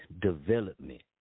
development